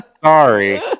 Sorry